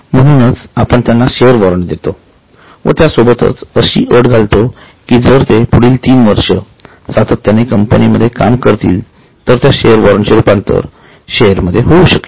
म्हणून आपण त्यांना शेअर वॉरंटदेतो व त्यासोबत अशीअट घालतो कि जर ते पुढीलतीनवर्ष सातत्याने कंपनीमध्ये काम करतील तर त्या शेअर्स वॉरंटचे रूपांतर शेअर मध्ये होऊ शकेल